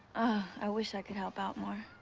i wish i could help out more.